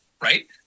right